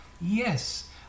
yes